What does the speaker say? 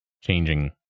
changing